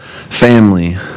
Family